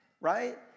right